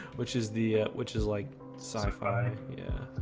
which is the which is like sci-fi? yeah,